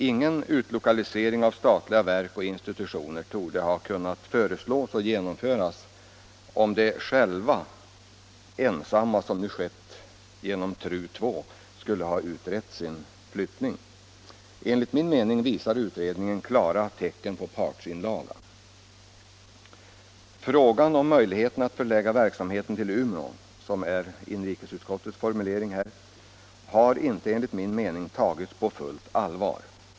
Ingen utlokalisering av statliga verk och institutioner torde ha kunnat genomföras om dessa själva — såsom nu skett beträffande TRU II — skulle ha utrett frågan om sin egen flyttning. Enligt min mening visar också utredningens resultat klara tecken på partsinlaga. Frågan om möjligheten att förlägga verksamheten till Umeå — som är inrikesutskottets formulering — har inte enligt min mening tagits på fullt allvar.